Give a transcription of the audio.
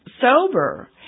sober